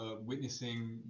witnessing